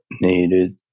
needed